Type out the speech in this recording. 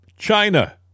China